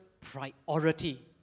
priority